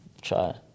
Try